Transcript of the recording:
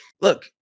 look